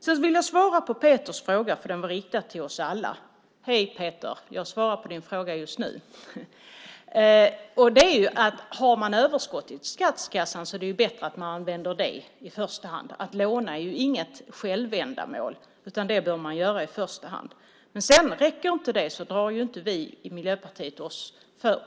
Sedan vill jag svara på Peters fråga som var riktad till oss alla. Har man överskott i statskassan är det bättre att i första hand använda det. Lån är inget självändamål, utan i första hand bör man använda överskottet. Men om det inte räcker drar vi i Miljöpartiet oss inte